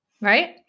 right